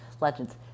legends